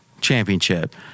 championship